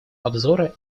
обзора